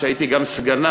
שהייתי גם סגנה,